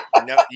No